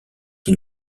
qui